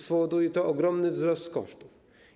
Spowoduje to ogromny wzrost kosztów.